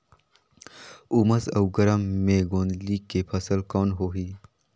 उमस अउ गरम मे गोंदली के फसल कौन होही?